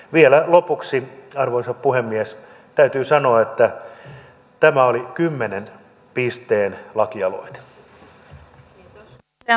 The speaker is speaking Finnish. vielä lopuksi arvoisa puhemies täytyy sanoa että tämä oli kymmenen pisteen lakialoite